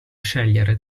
scegliere